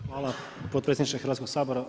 Hvala potpredsjedniče Hrvatskog sabora.